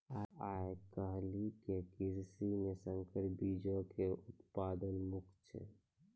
आइ काल्हि के कृषि मे संकर बीजो के उत्पादन प्रमुख छै